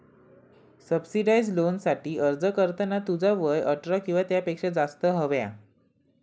subsidised लोनसाठी अर्ज करताना तुझा वय अठरा किंवा त्यापेक्षा जास्त हव्या